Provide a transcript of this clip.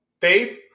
faith